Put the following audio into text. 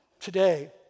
Today